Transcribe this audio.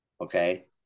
okay